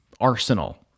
arsenal